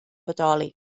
bodoli